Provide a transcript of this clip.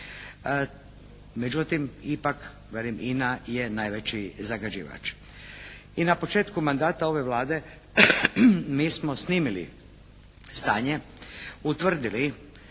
Međutim, ipak velim INA je najveći zagađivač. I na početku mandata ove Vlade mi smo snimili stanje, utvrdili